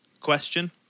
question